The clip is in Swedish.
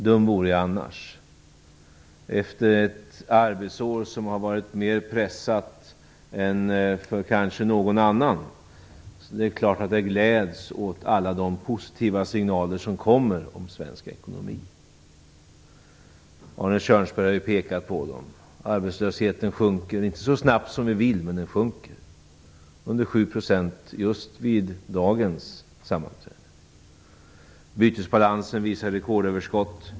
Dum vore jag annars, efter ett arbetsår som har varit mer pressat än kanske för någon annan. Så det är klart att jag gläds åt alla de positiva signaler som kommer om svensk ekonomi. Arne Kjörnsberg har pekat på dem: Arbetslösheten sjunker, inte så snabbt som vi vill, men den sjunker; den är under 7 % just vid dagens sammanträde. Bytesbalansen visar rekordöverskott.